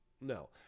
no